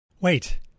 Wait